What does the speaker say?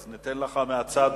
אז ניתן לך להסביר מהצד.